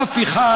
לא רצח אף אחד,